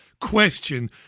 question